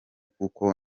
kuko